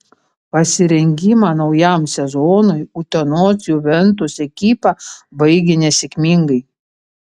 pasirengimą naujam sezonui utenos juventus ekipa baigė nesėkmingai